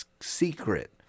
secret